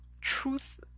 truth